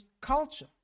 culture